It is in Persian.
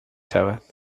شود